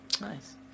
Nice